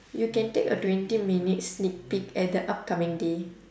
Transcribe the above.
you can take a twenty minute sneak peek at the upcoming day